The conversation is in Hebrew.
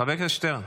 חבר הכנסת שטרן.